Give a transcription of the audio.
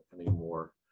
anymore